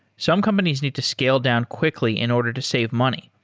some companies need to scale down quickly in order to save money,